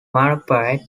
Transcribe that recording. bonaparte